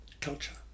culture